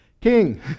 king